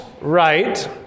right